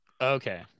okay